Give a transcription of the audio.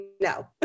no